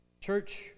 Church